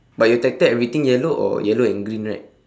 but your tractor everything yellow or yellow and green right